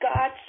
God